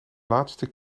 laatste